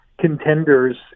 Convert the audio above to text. contenders